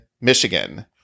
Michigan